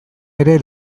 ere